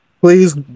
please